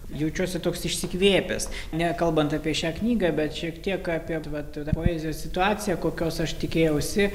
jaučiuosi toks išsikvėpęs nekalbant apie šią knygą bet šiek tiek apie vat poezijos situaciją kokios aš tikėjausi